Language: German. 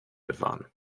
bewahren